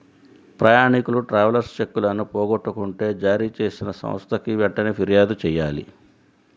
ప్రయాణీకులు ట్రావెలర్స్ చెక్కులను పోగొట్టుకుంటే జారీచేసిన సంస్థకి వెంటనే పిర్యాదు చెయ్యాలి